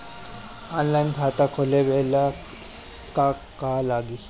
Online खाता खोलबाबे ला का का लागि?